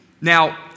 Now